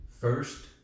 First